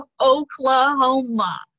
Oklahoma